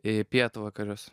į pietvakarius